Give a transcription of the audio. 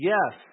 Yes